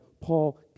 Paul